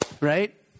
Right